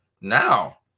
Now